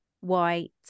white